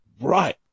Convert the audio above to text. Right